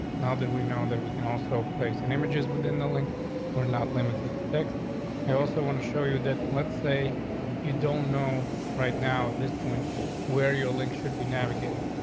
now that we know that we can also place an image is within the link or not limited. i also want to show you that let's say if you don't know right now, at this point where your link should be navigating,